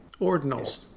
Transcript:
Ordinals